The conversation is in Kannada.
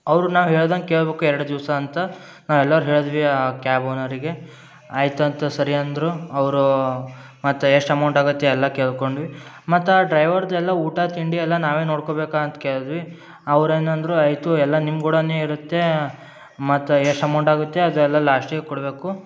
ಅವರು ನಾವು ಹೇಳ್ದಂಗೆ ಕೇಳ್ಬೇಕು ಎರಡು ದಿವಸ ಅಂತ ನಾವೆಲ್ಲರು ಹೇಳ್ದ್ವಿ ಆ ಕ್ಯಾಬ್ ಓನರಿಗೆ ಆಯಿತು ಅಂತ ಸರಿ ಅಂದರು ಅವರು ಮತ್ತು ಎಷ್ಟು ಅಮೌಂಟ್ ಆಗುತ್ತೆ ಎಲ್ಲ ಕೇಳ್ಕೊಂಡ್ವಿ ಮತ್ತು ಡ್ರೈವರ್ದು ಎಲ್ಲ ಊಟ ತಿಂಡಿ ಎಲ್ಲ ನಾವೇ ನೋಡ್ಕೊಬೇಕು ಅಂತ ಕೇಳ್ದ್ವಿ ಅವ್ರು ಏನಂದರು ಆಯಿತು ಎಲ್ಲ ನಿಮ್ಗುಡನೆ ಇರುತ್ತೆ ಮತ್ತು ಎಷ್ಟು ಅಮೌಂಟ್ ಆಗುತ್ತೆ ಅದೆಲ್ಲ ಲಾಸ್ಟಿಗೆ ಕೊಡಬೇಕು